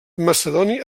macedoni